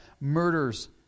murders